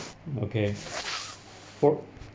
okay for